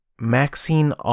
Maxine